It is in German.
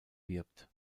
wirbt